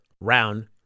round